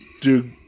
Dude